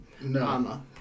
No